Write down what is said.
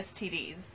STDs